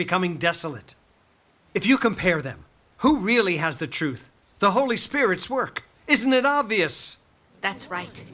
becoming desolate if you compare them who really has the truth the holy spirit's work isn't it obvious that's right